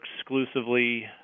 exclusively